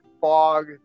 fog